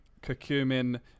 curcumin